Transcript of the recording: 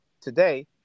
today